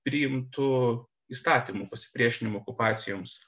priimtu įstatymu pasipriešinimo okupacijoms